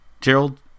Gerald